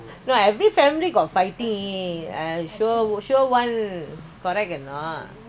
so everytime I have to give and take what ah correct a not